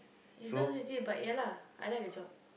it's not so easy but ya lah I like the job